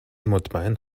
مطمئن